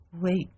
Wait